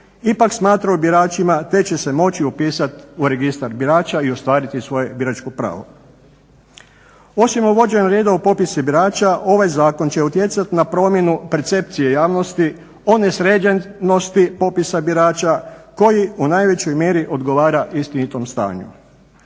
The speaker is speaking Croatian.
ipak smatraju biračima te će se moći upisati u Registar birača i ostvariti svoje biračko pravo. Osim uvođenja reda u popise birača ovaj zakon će utjecati na promjenu percepcije javnosti o nesređenosti popisa birača koji u najvećoj mjeri odgovara istinitom stanju.